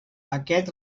aquest